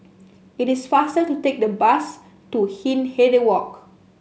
it is faster to take the bus to Hindhede Walk